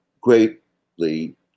greatly